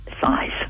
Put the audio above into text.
size